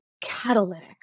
catalytic